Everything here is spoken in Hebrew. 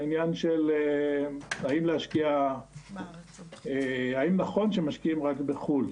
בעניין של האם נכון שמשקיעים רק בחו"ל,